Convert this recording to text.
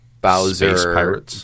Bowser